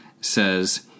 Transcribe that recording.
says